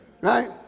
Right